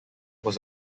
was